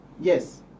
Yes